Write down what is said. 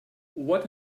what